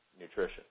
nutrition